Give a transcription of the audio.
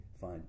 fine